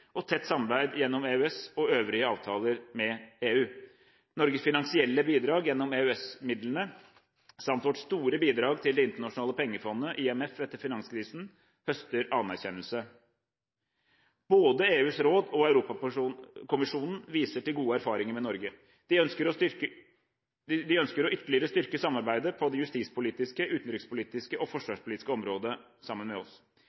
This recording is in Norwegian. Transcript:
og tett samarbeid gjennom EØS og øvrige avtaler med EU. Norges finansielle bidrag gjennom EØS-midlene samt våre store bidrag til Det internasjonale pengefondet, IMF, etter finanskrisen, høster anerkjennelse. Både EUs råd og Europakommisjonen viser til gode erfaringer med Norge. De ønsker å styrke ytterligere samarbeidet på det justispolitiske, det utenrikspolitiske og det forsvarspolitiske området med oss.